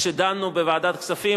כשדנו בוועדת כספים,